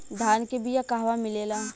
धान के बिया कहवा मिलेला?